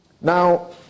now